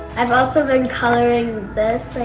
i've also been coloring this,